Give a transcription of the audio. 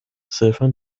صرفا